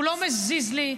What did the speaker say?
הוא לא מזיז לי.